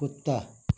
कुत्ता